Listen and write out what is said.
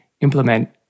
implement